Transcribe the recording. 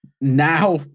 Now